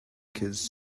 kids